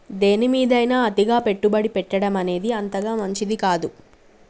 దేనిమీదైనా అతిగా పెట్టుబడి పెట్టడమనేది అంతగా మంచిది కాదు